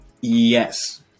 Yes